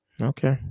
Okay